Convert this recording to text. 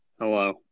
Hello